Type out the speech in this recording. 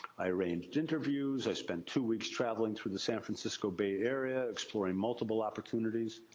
i arranged interviews. i spent two weeks traveling through the san francisco bay area. exploring multiple opportunities.